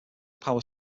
power